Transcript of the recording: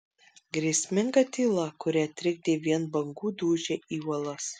grėsminga tyla kurią trikdė vien bangų dūžiai į uolas